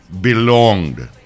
belonged